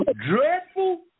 dreadful